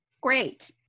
Great